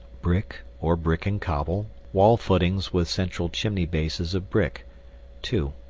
brick, or brick-and-cobble, wall-footings with central chimney bases of brick two.